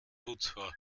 putzfrau